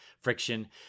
friction